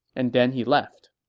and then he left